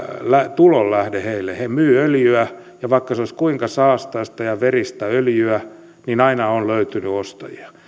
tulonlähde heille he myyvät öljyä ja vaikka se olisi kuinka saastaista ja veristä öljyä niin aina on löytynyt ostajia